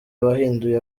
bahinduye